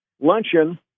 luncheon